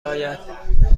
آید